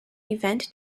event